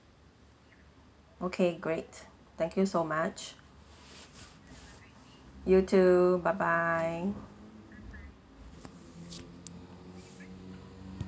okay great thank you so much you too bye bye